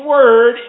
Word